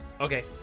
Okay